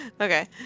Okay